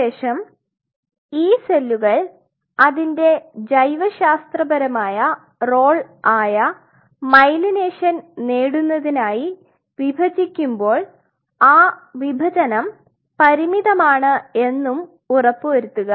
ശേഷം ഈ സെല്ലുകൾ അതിന്റെ ജൈവശാസ്ത്രപരമായ റോൾ ആയ മൈലീനേഷൻ നേടുന്നതിനായി വിഭജിക്കുമ്പോൾ ആ വിഭജനം പരിമിതമാണ് എന്നും ഉറപ്പുവരുത്തുക